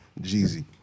Jeezy